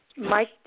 Mike